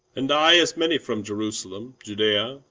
and i as many from jerusalem, judaea,